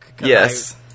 yes